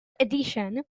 edition